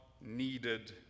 needed